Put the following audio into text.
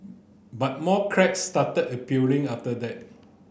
but more cracks started appearing after that